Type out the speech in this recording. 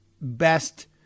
best